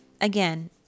again